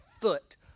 foot